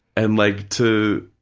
and like to,